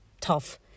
tough